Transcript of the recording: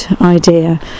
idea